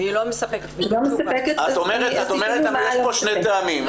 לא מספקת אז --- את אומרת שיש פה שני טעמים,